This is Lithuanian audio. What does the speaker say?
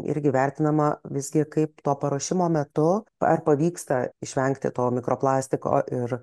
irgi vertinama visgi kaip to paruošimo metu ar pavyksta išvengti to mikroplastiko ir